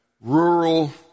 rural